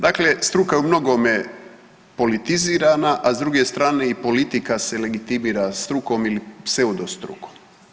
Dakle, struka je u mnogome politizirana, a s druge strane i politika se legitimira s strukom ili pseudostrukom.